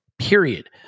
period